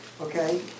okay